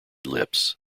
lips